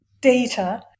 data